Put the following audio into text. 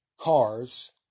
cars